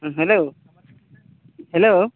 ᱦᱮᱸ hello hello